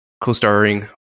co-starring